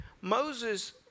Moses